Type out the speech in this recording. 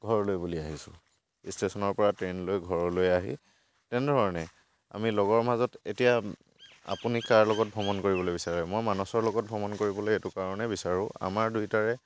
ঘৰলৈ বুলি আহিছোঁ ইষ্টেশ্যনৰপৰা ট্ৰেইন লৈ ঘৰলৈ আহি তেনেধৰণে আমি লগৰ মাজত এতিয়া আপুনি কাৰ লগত ভ্ৰমণ কৰিবলৈ বিচাৰে মই মানচৰ লগত ভ্ৰমণ কৰিবলৈ এইটো কাৰণেই বিচাৰোঁ আমাৰ দুইটাৰে